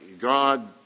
God